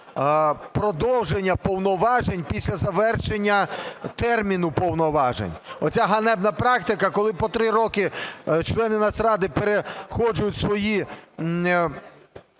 продовження повноважень після завершення терміну повноважень. Оця ганебна практика, коли по 3 роки члени Нацради переходжують свої